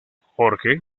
jorge